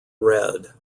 red